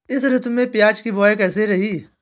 इस ऋतु में प्याज की बुआई कैसी रही है?